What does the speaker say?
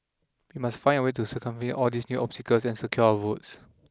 we must find a way to circumvent all these new obstacles and secure our votes